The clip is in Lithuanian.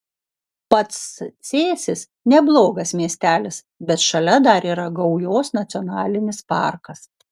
pats cėsis neblogas miestelis bet šalia dar yra gaujos nacionalinis parkas